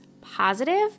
positive